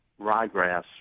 ryegrass